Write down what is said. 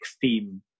theme